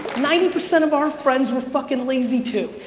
ninety percent of our friends were fucking lazy too.